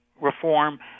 reform